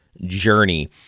journey